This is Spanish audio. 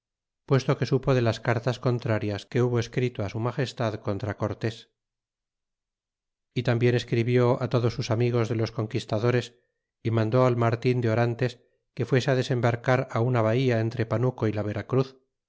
puesto que supo de las cartas contrarias que hubo escrito su magestad contra cortés y tambien escribió todos sus amigos de los conquistadores y mandó al martin de orantes que fuese desembarcar una bahía entre panuco y la veracruz